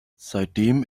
seitdem